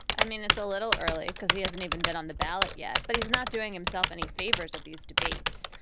i mean, it's a little early because he hasn't even been on the ballot yet, but he's not doing himself any favors at these debates.